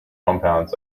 compounds